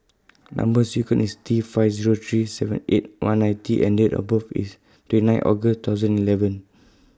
Number sequence IS T five Zero three seven eight one nine T and Date of birth IS twenty nine August two thousand eleven